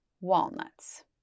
walnuts